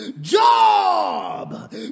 Job